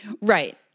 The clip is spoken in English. Right